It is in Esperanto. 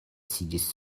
sidis